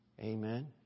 Amen